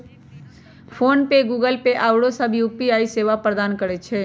PhonePe, Google Pay आउरो सभ UPI सेवा प्रदान करै छै